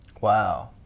Wow